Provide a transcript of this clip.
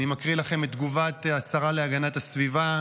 אני מקריא לכם את תגובת השרה להגנת הסביבה.